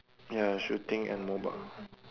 ya shooting and mobile